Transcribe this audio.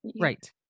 Right